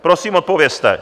Prosím, odpovězte!